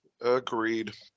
Agreed